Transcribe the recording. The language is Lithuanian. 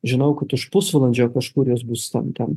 žinau kad už pusvalandžio kažkuris bus ten ten